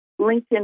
LinkedIn